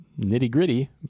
nitty-gritty